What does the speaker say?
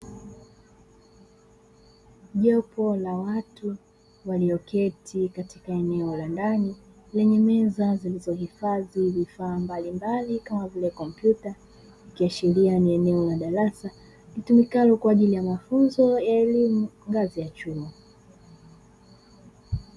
Jopo la watu walioketi katika eneo la ndani lenye meza zilizohifadhi vifaa mbalimbali kama vile kompyuta, ikiashiria ni eneo la darasa litumikalo kwa ajili ya mafunzo ya elimu ya ngazi ya chuo.